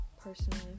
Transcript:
personally